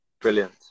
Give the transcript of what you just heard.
brilliant